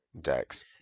decks